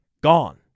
gone